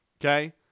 Okay